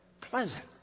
pleasant